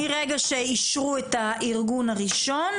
מהרגע שאישרו את הארגון הראשון,